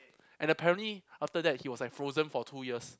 and apparently after that he was like frozen for two years